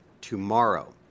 tomorrow